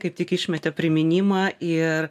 kaip tik išmetė priminimą ir